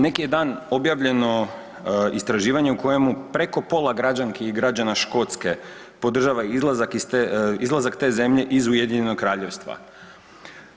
Neki je dan objavljeno istraživanje u kojemu preko pola građanki i građana Škotske podržava izlazak te zemlje iz UK-a.